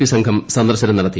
P സംഘം സന്ദർശനം നടത്തി